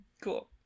Cool